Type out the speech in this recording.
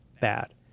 bad